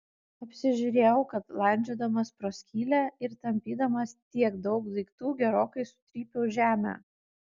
apsižiūrėjau kad landžiodamas pro skylę ir tampydamas tiek daug daiktų gerokai sutrypiau žemę